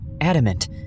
adamant